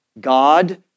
God